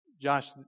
Josh